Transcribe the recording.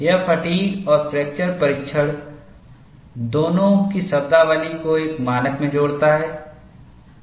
यह फ़ैटिग् और फ्रैक्चर परीक्षण दोनों की शब्दावली को एक मानक में जोड़ता है